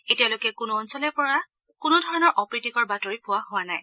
এতিয়ালৈকে কোনো অঞ্চলৰে পৰা কোনো ধৰণৰ অপ্ৰীতিকৰ বাতৰি পোৱা হোৱা নাই